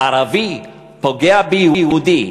ערבי פוגע ביהודי,